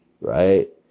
right